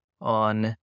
on